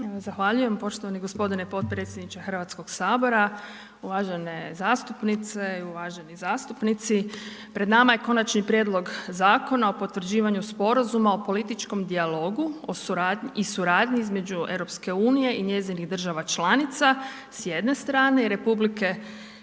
Zahvaljujem poštovani g. potpredsjedniče Hrvatskog sabora. Uvažene zastupnice i uvaženi zastupnici, pred nama je Konačni Prijedlog Zakona o potvrđivanju sporazuma o političkom dijalogu i suradnji između Europske unije i njenih država članica, s jedne strane i Republike